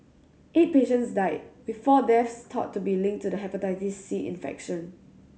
eight patients died with four deaths thought to be linked to the Hepatitis C infection